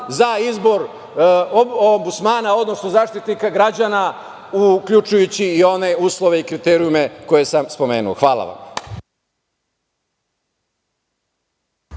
za izbor Ombudsmana, odnosno Zaštitnika građana uključujući i one uslove i kriterijume koje sam spomenuo. Hvala vam.